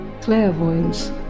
clairvoyance